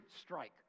strike